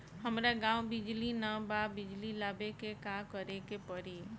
हमरा गॉव बिजली न बा बिजली लाबे ला का करे के पड़ी?